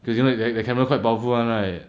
cause you know that that camera quite powerful [one] right